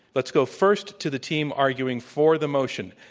let's go first to the team arguing for the motion.